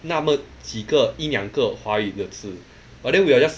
那么几个一两个华语的字 but then we are just